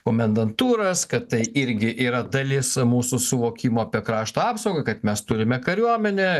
komendantūras kad tai irgi yra dalis mūsų suvokimo apie krašto apsaugą kad mes turime kariuomenę